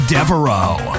Devereaux